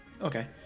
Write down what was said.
Okay